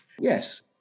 Yes